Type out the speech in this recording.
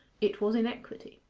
it was in equity.